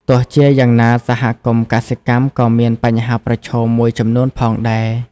ទោះជាយ៉ាងណា សហគមន៍កសិកម្មក៏មាន បញ្ហាប្រឈម មួយចំនួនផងដែរ។